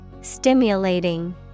Stimulating